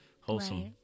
wholesome